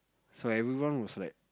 so everyone was like